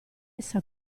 essa